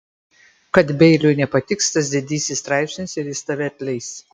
kad beiliui nepatiks tas didysis straipsnis ir jis tave atleis